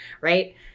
right